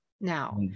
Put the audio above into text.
now